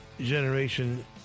generation